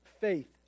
faith